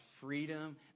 freedom